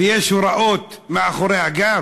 ויש הוראות מאחורי הגב?